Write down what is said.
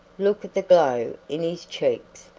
look at the glow in his cheeks!